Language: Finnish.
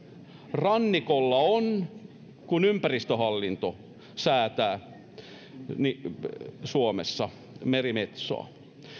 rannikolla on kun ympäristöhallinto säästää suomessa merimetsoa